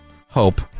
hope